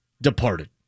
Departed